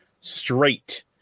straight